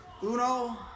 Uno